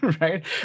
right